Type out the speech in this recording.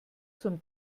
zum